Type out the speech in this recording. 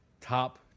top